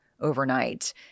overnight